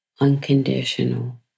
unconditional